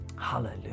Hallelujah